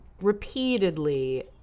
repeatedly